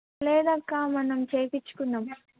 లేదక్కా మనం చేయింకున్నాం